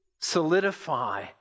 solidify